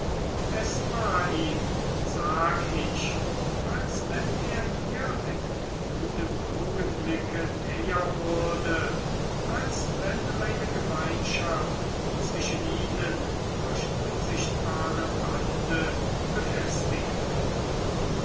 es war ihm sag ich als wenn er ihr mit jedem augenblicke näher würde als wenn eine gemeinschaft zwischen ihnen durch unsichtbare bande befestigt würde